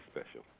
special